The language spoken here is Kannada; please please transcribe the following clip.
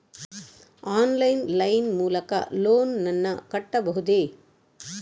ಆನ್ಲೈನ್ ಲೈನ್ ಮೂಲಕ ಲೋನ್ ನನ್ನ ಕಟ್ಟಬಹುದೇ?